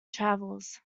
travels